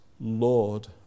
Lord